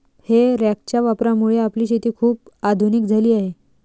हे रॅकच्या वापरामुळे आपली शेती खूप आधुनिक झाली आहे